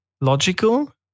logical